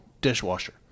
dishwasher